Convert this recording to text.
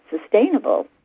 sustainable